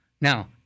Now